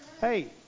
Hey